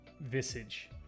visage